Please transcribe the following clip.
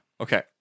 Okay